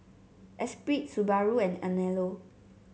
Esprit Subaru and Anello